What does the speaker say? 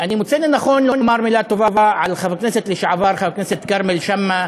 אני מוצא לנכון לומר מילה טובה על חבר הכנסת לשעבר כרמל שאמה,